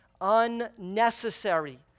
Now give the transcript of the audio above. unnecessary